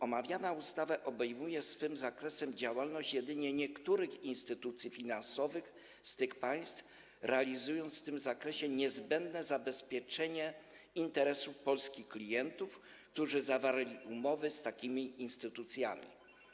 Omawiana ustawa obejmuje swym zakresem działalność jedynie niektórych instytucji finansowych z tych państw, przewidując w tym zakresie niezbędne zabezpieczenie interesów polskich klientów, którzy zawarli umowy z takimi instytucjami.